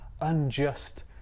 unjust